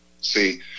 See